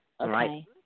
Okay